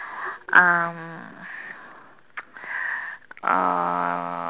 um uh